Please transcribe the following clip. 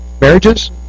marriages